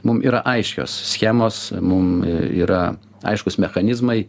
mum yra aiškios schemos mum yra aiškūs mechanizmai